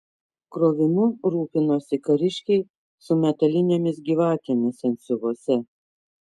krovimu rūpinosi kariškiai su metalinėmis gyvatėmis antsiuvuose